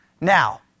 Now